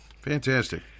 Fantastic